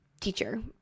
teacher